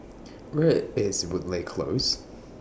Where IS Woodleigh Close